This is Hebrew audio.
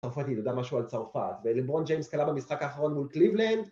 צרפתי, נדע משהו על צרפת, ולברון ג'יימס קלע במשחק האחרון מול קליבלנד?